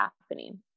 happening